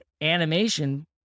animation